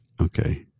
Okay